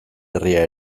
herria